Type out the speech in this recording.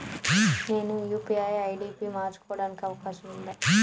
నేను UPI ID పి మార్చుకోవడానికి అవకాశం ఉందా?